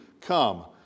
come